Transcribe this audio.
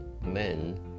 men